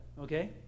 okay